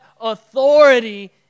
authority